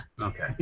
Okay